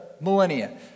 millennia